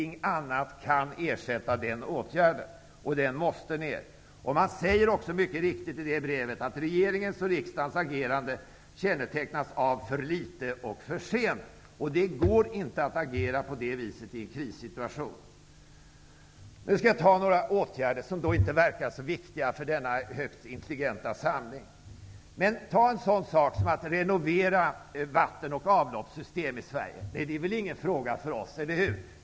Inget annat kan ersätta den åtgärden. Räntan måste sänkas. Man skriver också, mycket riktigt, i det brevet att regeringens och riksdagens agerande kännetecknas av ''för litet och för sent''. Det går inte att agera på det sättet i en krissituation. Jag skall nu nämna några åtgärder som inte verkar så viktiga för denna högt intelligenta församling. Men ta t.ex. en sådan sak som att renovera vattenoch avloppssystemet i Sverige. Det är väl ingen fråga för oss, eller hur?